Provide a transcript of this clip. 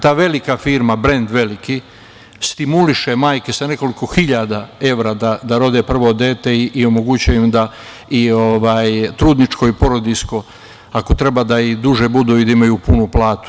Ta velika firma, brend veliki, stimuliše majke sa nekoliko hiljada evra da rode prvo dete i omogućuje im da i trudničko i porodiljsko ako treba da i duže budu i da imaju prvu platu.